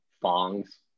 Fong's